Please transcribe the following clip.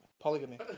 Polygamy